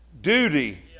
duty